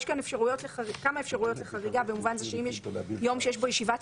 יש אפשרויות לחריגות במובן זה שאם יש יום שיש בו ישיבת